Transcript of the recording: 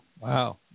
wow